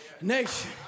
nation